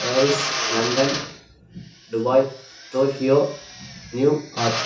Paris London Dubai Tokyo New York